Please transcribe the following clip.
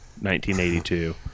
1982